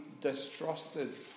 distrusted